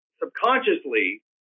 subconsciously